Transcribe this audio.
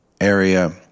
area